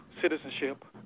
citizenship